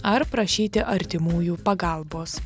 ar prašyti artimųjų pagalbos